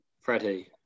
Freddie